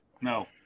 no